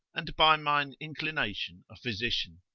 and by mine inclination a physician.